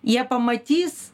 jie pamatys